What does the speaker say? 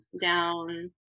down